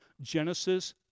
Genesis